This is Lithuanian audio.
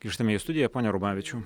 grįžtame į studiją pone rubavičiau